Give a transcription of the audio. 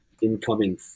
incoming